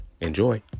Enjoy